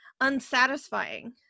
unsatisfying